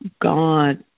God